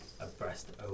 abreast